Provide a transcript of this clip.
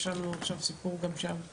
יש לנו סיפור גם שם.